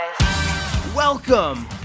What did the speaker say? Welcome